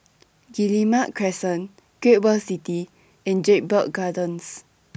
Guillemard Crescent Great World City and Jedburgh Gardens